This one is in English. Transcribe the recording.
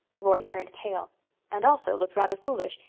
roy turned pale and also looked rather foolish.